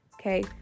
Okay